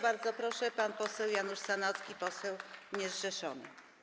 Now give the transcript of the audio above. Bardzo proszę, pan poseł Janusz Sanocki, poseł niezrzeszony.